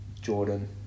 Jordan